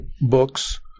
books